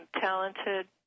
talented